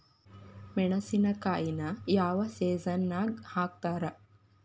ಮೆಣಸಿನಕಾಯಿನ ಯಾವ ಸೇಸನ್ ನಾಗ್ ಹಾಕ್ತಾರ?